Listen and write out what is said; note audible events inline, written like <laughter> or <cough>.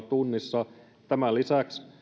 <unintelligible> tunnissa tämän lisäksi